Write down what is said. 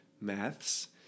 maths